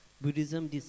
Buddhism